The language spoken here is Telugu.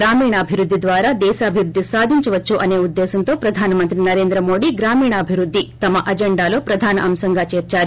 గ్రామీణాభివృద్ది ద్వారా దేశాభివృద్ది సాధించవచ్చు అసే ఉద్దేశ్వంతో ప్రధాన మంత్రి నరేంద్రమోదీ గ్రామీణాభివృద్దిని తమ అజెండాలో ప్రధాన అంశంగా చేశారు